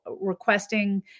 requesting